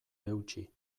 eutsi